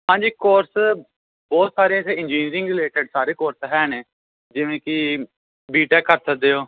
ਹਾਂਜੀ ਕੋਰਸ ਬਹੁਤ ਸਾਰੇ ਇੱਥੇ ਇੰਜੀਨਰਿੰਗ ਰਿਲੇਟਡ ਸਾਰੇ ਕੋਰਸ ਹੈ ਨੇ ਜਿਵੇਂ ਕਿ ਬੀ ਟੈਕ ਕਰ ਸਕਦੇ ਹੋ